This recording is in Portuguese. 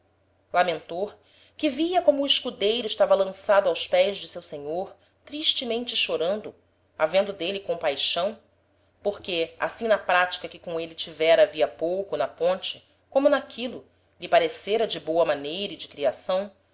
lamentor que via como o escudeiro estava lançado aos pés de seu senhor tristemente chorando havendo d'êle compaixão porque assim na pratica que com êle tivera havia pouco na ponte como n'aquilo lhe parecera de boa maneira e de criação